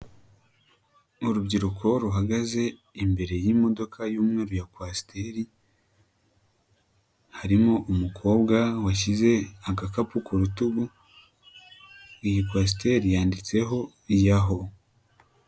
Urubyiruko ruhagaze imbere y'imodoka y'umweru ya kwasiteri, harimo umukobwa washyize agakapu ku rutugu iyi kwasiteri yanditseho yaho.